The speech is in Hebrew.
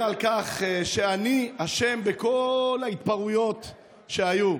על כך שאני אשם בכל ההתפרעויות שהיו.